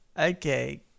Okay